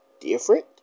different